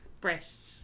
Breasts